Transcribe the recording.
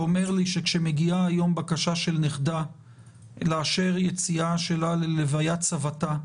שאמר שכאשר מגיעה היום בקשה של נכדה לאשר יציאה שלה להלוויית סבתה,